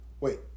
wait